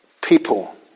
people